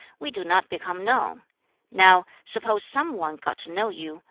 we do not become known now suppose some one got to know you,